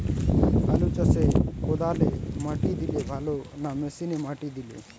আলু চাষে কদালে মাটি দিলে ভালো না মেশিনে মাটি দিলে?